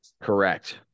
Correct